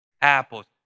Apples